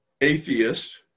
atheist